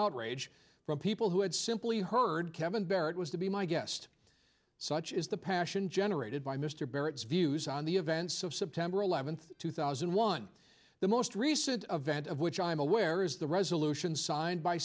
outrage from people who had simply heard kevin barrett was to be my guest such is the passion generated by mr barrett's views on the events of september eleventh two thousand and one the most recent event of which i'm aware is the resolution signed by